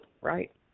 right